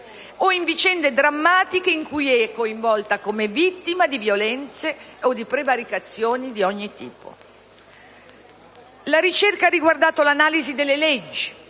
o in vicende drammatiche in cui è coinvolta come vittima di violenze o di prevaricazioni di ogni tipo. La ricerca ha riguardato l'analisi delle leggi,